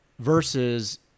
versus